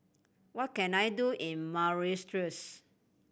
what can I do in Mauritius